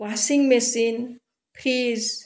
washing machine fridge